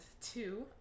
two